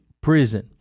prison